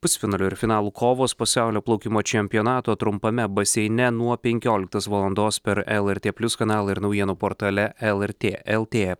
pusfinalio ir finalų kovos pasaulio plaukimo čempionato trumpame baseine nuo penkioliktos valandos per lrt plius kanalą ir naujienų portale lrt lt